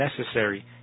necessary